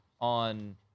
on